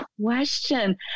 question